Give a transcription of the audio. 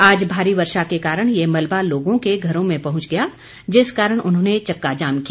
आज भारी वर्षा के कारण ये मलबा लोगों के घरों में पहुंच गया जिस कारण उन्होंने चक्का जाम किया